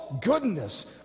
goodness